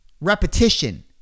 repetition